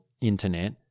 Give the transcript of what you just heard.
internet